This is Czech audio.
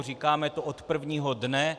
Říkáme to od prvního dne.